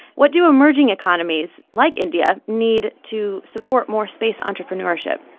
what do emerging economies like india need to support more space entrepreneurship?